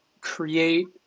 create